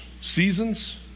seasons